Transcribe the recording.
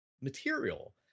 material